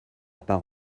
part